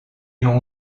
l’on